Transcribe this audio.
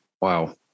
Wow